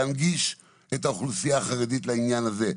להנגיש את האוכלוסייה החרדית לעניין הזה,